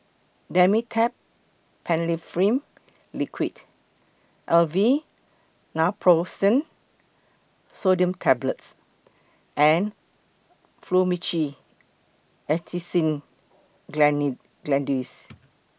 Dimetapp Phenylephrine Liquid Aleve Naproxen Sodium Tablets and Fluimucil Acetylcysteine Granules